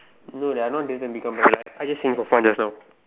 no there are not I just saying for fun just now